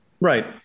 Right